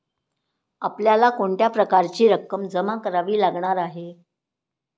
आपल्याला कोणत्या प्रकारची रक्कम जमा करावी लागणार आहे?